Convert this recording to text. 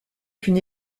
qu’une